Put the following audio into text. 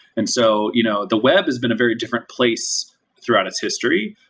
and so you know the web has been a very different place throughout its history,